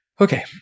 Okay